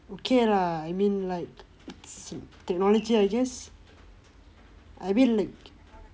okay lah I mean like technology I guess I mean